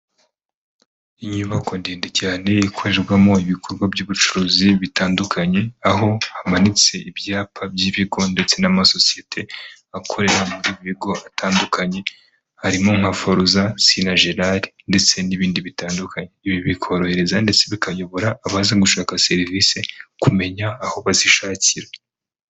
Inyubako ndende cyane ikorerwamo ibikorwa by'ubucuruzi bitandukanye, aho hamanitse ibyapa by'ibigo ndetse n'amasosiyete akorera mu bigo atandukanye, harimo nka Foruza, Sina Gerard ndetse n'ibindi bitandukanye. Ibi bikorohereza ndetse bikayobora abaza gushaka serivisi kumenya aho bazishakira.